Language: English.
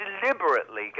deliberately